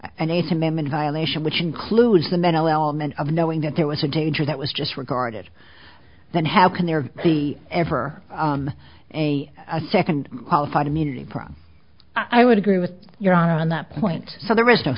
an eighth amendment violation which includes the mental element of knowing that there was a danger that was just regarded then how can there be ever a second qualified immunity problem i would agree with your on that point so there is no